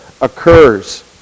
occurs